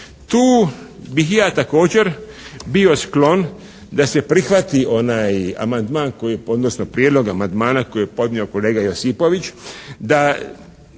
tu bih ja također bio sklon da se prihvati onaj amandman odnosno prijedlog amandmana koji je podnio kolega Josipović da